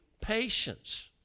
patience